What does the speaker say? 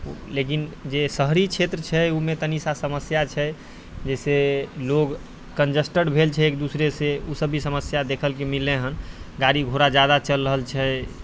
लेकिन जे शहरी क्षेत्र छै ओहिमे तनी सा समस्या छै जइसे लोग कन्जस्टेड भेल छै एक दोसरासँ ओ सब भी समस्या देखैके मिललै हँ गाड़ी घोड़ा ज्यादा चलि रहल छै